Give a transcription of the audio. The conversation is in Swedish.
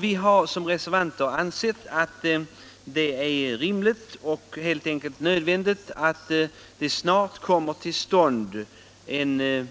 Vi reservanter har ansett det rimligt och helt enkelt nödvändigt att det snart kommer till stånd en